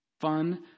fun